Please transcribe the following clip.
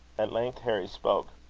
at length harry spoke